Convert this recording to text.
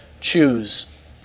choose